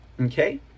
okay